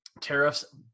tariffs